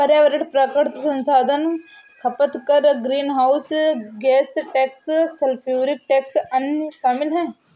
पर्यावरण प्राकृतिक संसाधन खपत कर, greenhouse gas tax, sulphuric tax, अन्य शामिल हैं